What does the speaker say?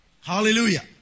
Hallelujah